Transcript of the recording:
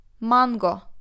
mango